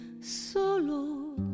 solo